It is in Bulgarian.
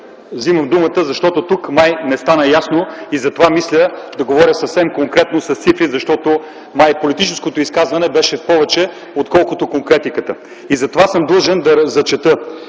Вземам думата, защото тук май не стана ясно, затова мисля да говоря съвсем конкретно, с цифри. Май политическото изказване беше в повече, отколкото конкретиката. Затова съм длъжен да прочета,